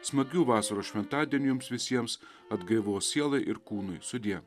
smagių vasaros šventadienių jums visiems atgaivos sielai ir kūnui sudie